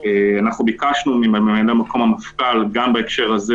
ביקשנו מממלא-מקום המפכ"ל גם בהקשר הזה